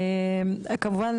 ברשותך,